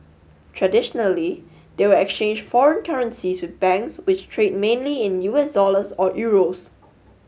traditionally they would exchange foreign currencies with banks which trade mainly in U S dollars or euros